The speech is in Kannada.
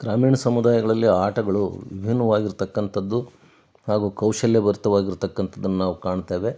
ಗ್ರಾಮೀಣ ಸಮುದಾಯಗಳಲ್ಲಿ ಆಟಗಳು ವಿಭಿನ್ನವಾಗಿರತಕ್ಕಂಥದ್ದು ಹಾಗು ಕೌಶಲ್ಯಭರಿತವಾಗಿರತಕ್ಕಂಥದ್ದನ್ನು ನಾವು ಕಾಣ್ತೇವೆ